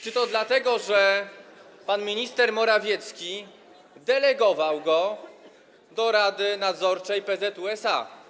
Czy to dlatego, że pan minister Morawiecki delegował go do Rady Nadzorczej PZU SA?